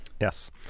Yes